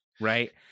Right